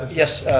um yes,